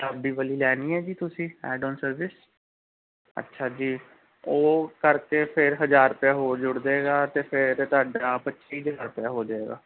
ਚਾਬੀ ਵਾਲੀ ਲੈਣੀ ਹੈ ਜੀ ਤੁਸੀਂ ਐਡ ਆਨ ਸਰਵਿਸ ਅੱਛਾ ਜੀ ਉਹ ਕਰਕੇ ਫਿਰ ਹਜ਼ਾਰ ਰੁਪਇਆ ਹੋਰ ਜੁੜ ਜਾਵੇਗਾ ਅਤੇ ਫਿਰ ਤੁਹਾਡਾ ਪੱਚੀ ਹਜ਼ਾਰ ਰੁਪਇਆ ਹੋ ਜੇਗਾ